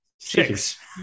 Six